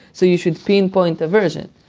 so you should pinpoint a version.